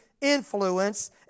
influence